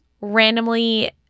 randomly